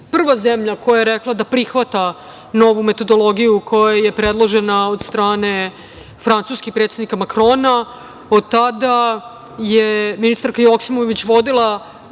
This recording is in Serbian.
prva zemlja koja je rekla da prihvata novu metodologiju koja je predložena od strane francuskog predsednika Makrona. Od tada je ministarka Joksimović vodila